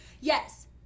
yes